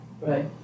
right